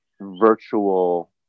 virtual